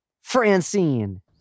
Francine